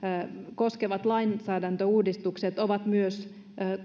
koskevat lainsäädäntöuudistukset ovat myös